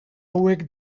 hauek